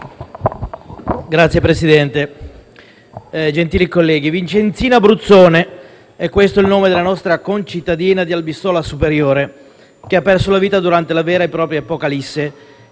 Signor Presidente, onorevoli colleghi, Vincenzina Bruzzone: è questo il nome della nostra concittadina di Albisola Superiore che ha perso la vita durante la vera e propria apocalisse